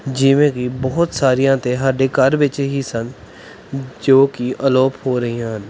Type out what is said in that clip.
ਜਿਵੇਂ ਕਿ ਬਹੁਤ ਸਾਰੀਆਂ ਅਤੇ ਸਾਡੇ ਘਰ ਵਿੱਚ ਹੀ ਸਨ ਜੋ ਕਿ ਅਲੋਪ ਹੋ ਰਹੀਆਂ ਹਨ